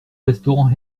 restaurant